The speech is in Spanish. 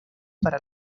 para